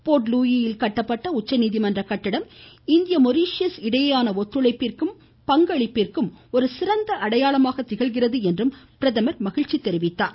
board Louis யில் கட்டப்பட்ட உச்சநீதிமன்ற கட்டிடம் இந்தியா மொரீஷியஸ் இடையேயான ஒத்துழைப்பிற்கும் பங்களிப்பிற்கும் ஒரு சிறந்த அடையாளமாக திகழ்கிறது என்றும் பிரதமர் மகிழ்ச்சி தெரிவித்தார்